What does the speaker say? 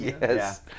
Yes